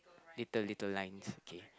little little lines okay